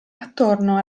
attorno